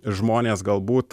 žmonės galbūt